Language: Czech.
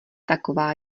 taková